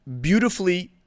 beautifully